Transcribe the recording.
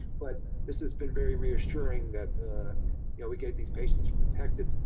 but this has been very reassuring that you know we get these patients protected.